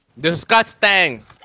Disgusting